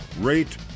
rate